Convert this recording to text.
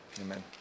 Amen